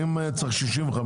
אם צריך גיל 65,